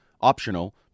optional